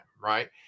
right